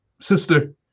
sister